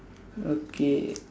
okay